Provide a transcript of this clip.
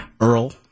earl